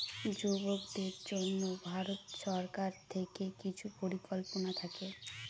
যুবকদের জন্য ভারত সরকার থেকে কিছু পরিকল্পনা থাকে